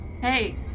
Hey